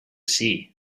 sea